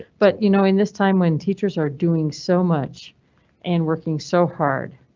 but you know, in this time when teachers are doing so much an working so hard,